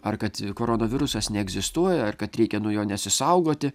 ar kad koronavirusas neegzistuoja ar kad reikia nuo jo nesisaugoti